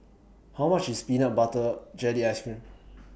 How much IS Peanut Butter Jelly Ice Cream